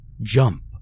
Jump